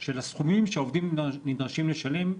של הסכומים שהעובדים נדרשים לשלם,